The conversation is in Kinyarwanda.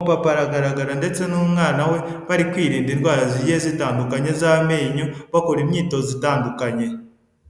Umu papa aragaragara ndetse n'umwana we bari kwirinda indwara zigiye zitandukanye z'amenyo bakora imyitozo itandukanye.